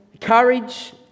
courage